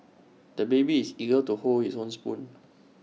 the baby is eager to hold his own spoon